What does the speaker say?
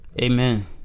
Amen